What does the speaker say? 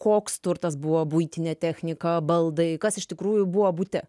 koks turtas buvo buitinė technika baldai kas iš tikrųjų buvo bute